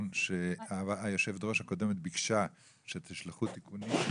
שהיושבת ראש הקודמת ביקשה שתשלחו תיקונים.